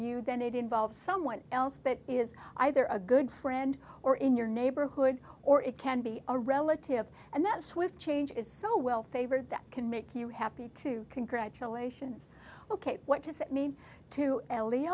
you then it involves someone else that is either a good friend or in your neighborhood or it can be a relative and that's with change is so well favored that can make you happy to congratulations ok what does it mean to